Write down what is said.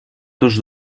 tots